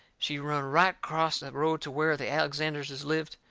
she run right acrost the road to where the alexanderses lived.